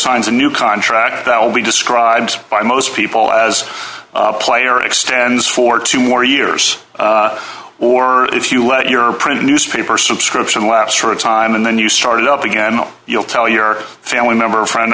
signs a new contract that will be described by most people as player extends for two more years or if you let your print newspaper subscription lapse for a time and then you started up again you'll tell your family member or friend